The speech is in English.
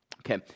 Okay